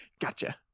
gotcha